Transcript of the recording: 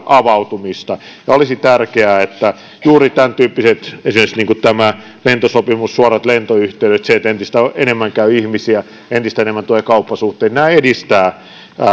avautumista on tärkeää että juuri tämäntyyppiset niin kuin esimerkiksi tämä lentosopimus suorat lentoyhteydet ja se että entistä enemmän käy ihmisiä ja entistä enemmän tulee kauppasuhteita edistävät